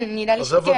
כן, נראה לי שכן.